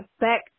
Back